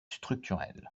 structurels